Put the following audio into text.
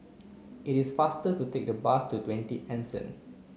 it is faster to take the bus to Twenty Anson